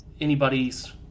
anybody's